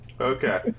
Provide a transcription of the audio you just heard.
okay